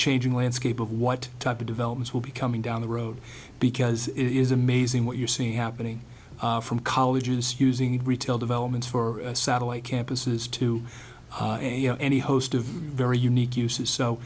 changing landscape of what type of developments will be coming down the road because it is amazing what you're seeing happening from colleges using retail developments for satellite campuses to you know any host of very unique uses so